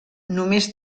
només